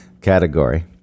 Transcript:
category